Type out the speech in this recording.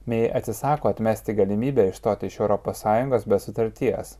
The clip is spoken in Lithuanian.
mei atsisako atmesti galimybę išstoti iš europos sąjungos be sutarties